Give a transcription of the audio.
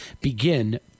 begin